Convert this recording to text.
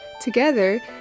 Together